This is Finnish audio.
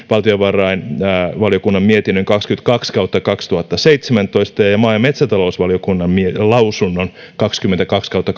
valtiovarainvaliokunnan mietinnön kaksikymmentäkaksi kautta kaksituhattaseitsemäntoista ja ja maa ja metsätalousvaliokunnan lausunnon kaksikymmentäkaksi kautta